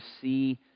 see